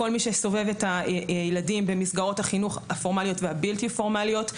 כל מי שסובב את הילדים במסגרות החינוך הפורמליות והבלתי פורמליות,